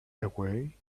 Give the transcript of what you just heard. away